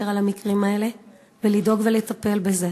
שיותר על המקרים האלה ולדאוג לטפל בזה.